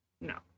No